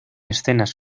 escenas